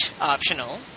optional